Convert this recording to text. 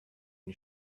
you